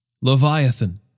Leviathan